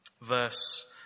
verse